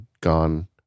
gone